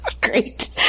Great